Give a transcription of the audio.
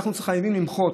אנחנו חייבים למחות.